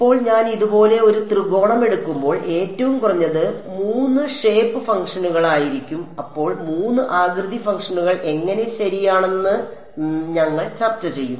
ഇപ്പോൾ ഞാൻ ഇതുപോലെ ഒരു ത്രികോണം എടുക്കുമ്പോൾ ഏറ്റവും കുറഞ്ഞത് 3 ഷേപ്പ് ഫംഗ്ഷനുകൾ ആയിരിക്കും അപ്പോൾ 3 ആകൃതി ഫംഗ്ഷനുകൾ എങ്ങനെ ശരിയാണെന്ന് ഞങ്ങൾ ചർച്ച ചെയ്യും